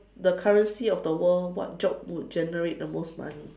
the currency of the world what job would generate the most money